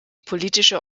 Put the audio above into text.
politische